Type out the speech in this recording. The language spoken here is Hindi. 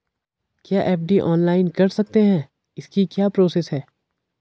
क्या एफ.डी ऑनलाइन कर सकते हैं इसकी क्या प्रोसेस है?